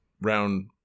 round